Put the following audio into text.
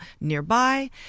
nearby